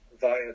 via